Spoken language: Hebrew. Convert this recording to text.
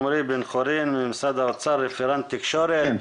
עמרי, במשרד האוצר, במשרד התקשורת,